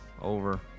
Over